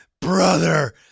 brother